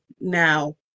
now